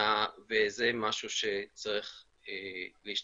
וזה משהו שצריך להשתנות.